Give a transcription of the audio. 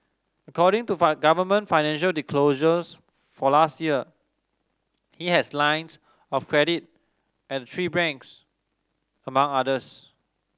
according to government financial disclosures for last year he has lines of credit at three banks among others